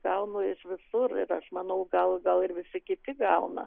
gaunu iš visur ir aš manau gal gal ir visi kiti gauna